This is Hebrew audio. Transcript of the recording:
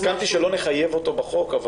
הסכמתי שלא נחייב אותו בחוק.